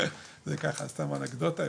זו ככה סתם אנקדוטה.